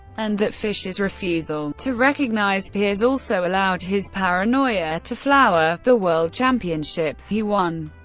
and that fischer's refusal to recognize peers also allowed his paranoia to flower the world championship he won.